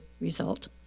result